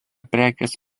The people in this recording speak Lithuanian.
prekės